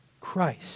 Christ